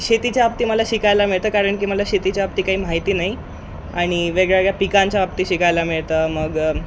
शेतीच्या बाबती मला शिकायला मिळतं कारण की मला शेतीच्या बाबती काही माहिती नाही आणि वेगवेगळ्या पिकांच्या बाबतीत शिकायला मिळतं मग